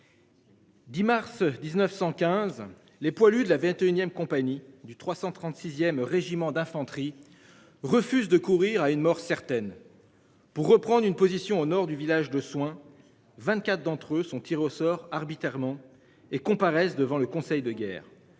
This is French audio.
10 mars 1915. Les poilus de la 21ème compagnie du 336ème régiment d'infanterie. Refuse de courir à une mort certaine. Pour reprendre une position au nord du village de soins. 24 d'entre eux sont tirés au sort arbitrairement et comparaissent devant le conseil de guerre.